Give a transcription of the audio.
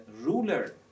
ruler